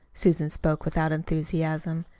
susan spoke without enthusiasm.